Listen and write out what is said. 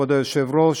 כבוד היושב-ראש,